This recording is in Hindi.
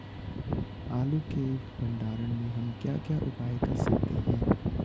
आलू के भंडारण में हम क्या क्या उपाय कर सकते हैं?